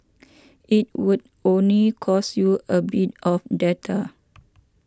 it would only cost you a bit of data